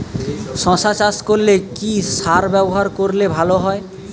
শশা চাষ করলে কি সার ব্যবহার করলে ভালো হয়?